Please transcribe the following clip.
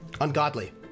ungodly